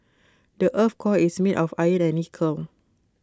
the Earth's core is made of iron and nickel